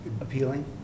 appealing